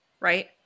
right